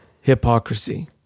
hypocrisy